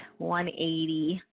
180